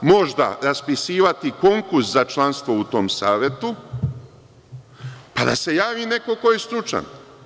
Možda raspisivati konkurs za članstvo u tom savetu, pa da se javi neko ko je stručan.